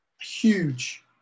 Huge